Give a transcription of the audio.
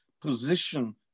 position